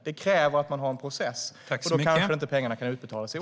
Det kräver att man har en process, och då kanske pengar inte kan utbetalas i år.